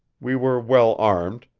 we were well-armed,